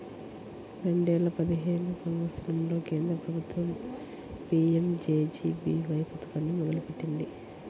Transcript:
రెండేల పదిహేను సంవత్సరంలో కేంద్ర ప్రభుత్వం పీయంజేజేబీవై పథకాన్ని మొదలుపెట్టింది